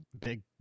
big